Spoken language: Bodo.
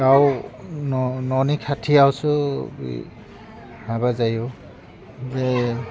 गाव न' न'नि खाथियावसो बे माबा जायो बे